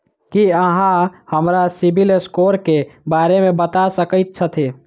की अहाँ हमरा CIBIL score क बारे मे बता सकइत छथि?